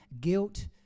guilt